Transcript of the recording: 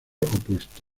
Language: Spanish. opuesto